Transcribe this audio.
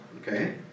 Okay